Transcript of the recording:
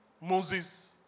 Moses